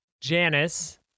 Janice